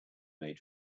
made